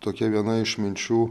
tokia viena iš minčių